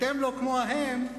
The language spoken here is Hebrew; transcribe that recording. אתם לא כמו ההם,